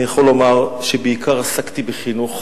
אני יכול לומר שבעיקר עסקתי בחינוך